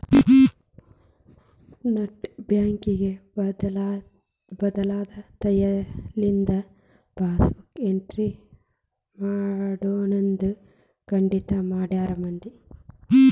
net banking ಬಂದ್ಮ್ಯಾಲಿಂದ passbook entry ಮಾಡ್ಸೋದ್ ಕಡ್ಮಿ ಮಾಡ್ಯಾರ ಮಂದಿ